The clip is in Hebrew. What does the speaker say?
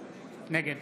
נגד